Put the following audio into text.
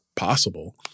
possible